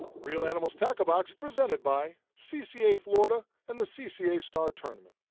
reel animals tackle box presented by cca florida and the cca star tournament.